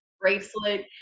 bracelet